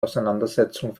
auseinandersetzung